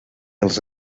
als